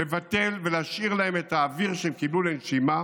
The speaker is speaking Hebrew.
לבטל ולהשאיר להם את האוויר שהם קיבלו לנשימה